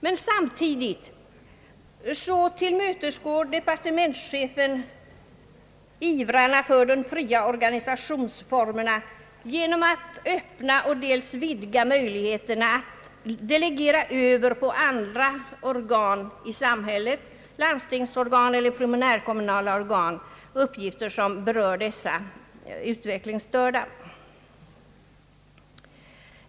Men samtidigt tillmötesgår departementschefen ivrarna för de fria organisationsformerna genom att dels öppna och dels vidga möjligheterna att på andra organ i samhället — landstingskommunala eller primärkommunala — delegera över uppgifter som berör de utvecklingsstörda.